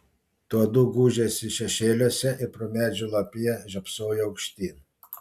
tuodu gūžėsi šešėliuose ir pro medžių lapiją žiopsojo aukštyn